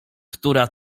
która